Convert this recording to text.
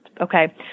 Okay